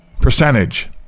percentage